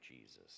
Jesus